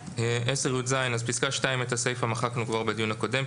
סעיף 10יז. את הסיפה בסעיף (2) מחקנו כבר בדיון הקודם.